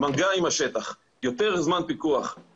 מגע עם השטח, יותר זמן פיקוח יותר דוחות.